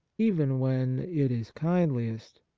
even when it is kindliest.